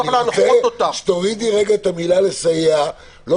אני רוצה שתורידי את המילה "לסייע" רגע.